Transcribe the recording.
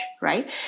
right